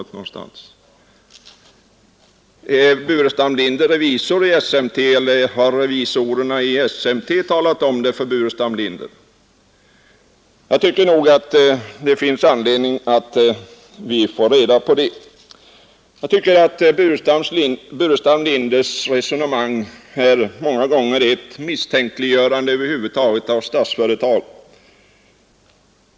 Är herr Burenstam Linder revisor i SMT eller har revisorerna i SMT talat om det för herr Burenstam Linder? Jag tycker nog att det finns anledning att vi får reda på det. Herr Burenstam Linders resonemang är många gånger ett misstänkliggörande över huvud taget av Statsföretag.